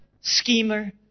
schemer